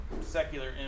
secular